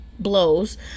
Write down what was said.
blows